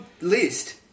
list